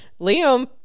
Liam